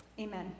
Amen